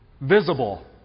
visible